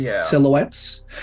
silhouettes